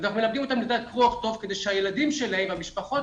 אנחנו מלמדים אותם קרוא וכתוב כדי שהילדים שלהם והמשפחות